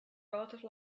relative